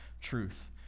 truth